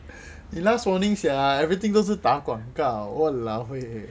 eh last warning sia everything 都是打广告 !walao! eh